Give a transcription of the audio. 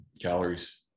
calories